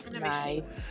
nice